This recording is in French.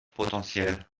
potentiel